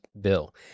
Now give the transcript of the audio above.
bill